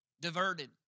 diverted